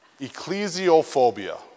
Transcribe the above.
Ecclesiophobia